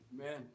Amen